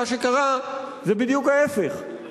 מה שקרה זה בדיוק ההיפך,